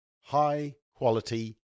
high-quality